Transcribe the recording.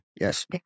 Yes